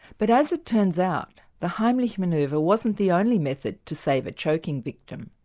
but as it turns out the heimlich manoeuvre wasn't the only method to save a choking victim,